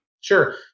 Sure